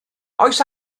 oes